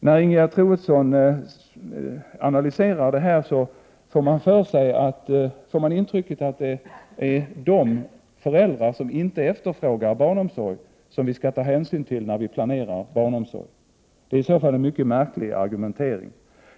När Ingegerd Troedsson analyserade kunde man få intrycket att det är de föräldrar som inte efterfrågar barnomsorg som vi skall ta hänsyn till när vi planerar barnomsorg. Det är i så fall en mycket märklig argumentering.